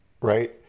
right